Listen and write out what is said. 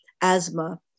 asthma